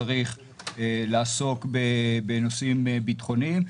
ברור שצריך לעסוק בנושאים ביטחוניים.